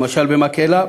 למשל במקהלה,